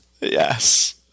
Yes